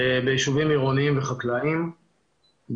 בישובים עירוניים וחקלאיים,